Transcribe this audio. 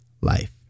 life